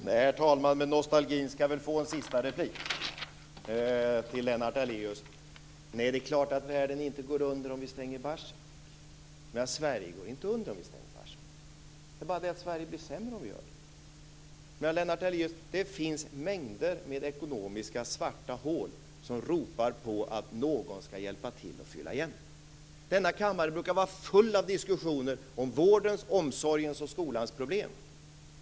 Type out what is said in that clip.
Herr talman! Nej, men nostalgin skall väl få en sista replik till Lennart Daléus. Det är klart att världen inte går under om vi stänger Barsebäck. Sverige går inte under om vi stänger Barsebäck. Det är bara det att Sverige blir sämre om vi gör det. Lennart Daléus! Det finns mängder med ekonomiska svarta hål som man ropar på att någon skall hjälpa till att fylla igen. Denna kammare brukar vara full av diskussioner om vårdens, omsorgens och skolans problem.